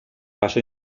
pasó